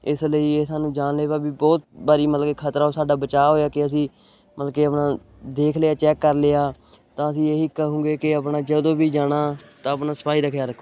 ਇਸ ਲਈ ਇਹ ਸਾਨੂੰ ਜਾਨਲੇਵਾ ਵੀ ਬਹੁਤ ਵਾਰੀ ਮਤਲਬ ਕਿ ਖਤਰਾ ਸਾਡਾ ਬਚਾਅ ਹੋਇਆ ਕਿ ਅਸੀਂ ਮਤਲਬ ਕਿ ਆਪਣਾ ਦੇਖ ਲਿਆ ਚੈੱਕ ਕਰ ਲਿਆ ਤਾਂ ਅਸੀਂ ਇਹੀ ਕਹਾਂਗੇ ਕਿ ਆਪਣਾ ਜਦੋਂ ਵੀ ਜਾਣਾ ਤਾਂ ਆਪਣਾ ਸਫਾਈ ਦਾ ਖਿਆਲ ਰੱਖੋ